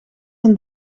een